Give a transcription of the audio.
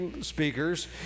speakers